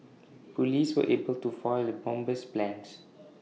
Police were able to foil the bomber's plans